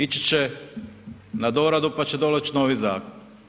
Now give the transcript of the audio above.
Ići će na doradu pa će doći novi zakon.